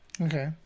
okay